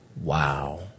Wow